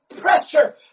pressure